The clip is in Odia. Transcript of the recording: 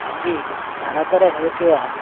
ଆଜି ଭାରତରେ ହେଉଥିବା